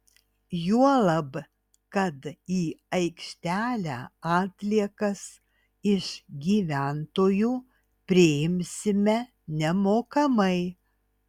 juolab kad į aikštelę atliekas iš gyventojų priimsime nemokamai